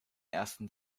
ersten